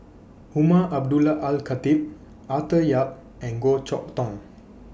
Umar Abdullah Al Khatib Arthur Yap and Goh Chok Tong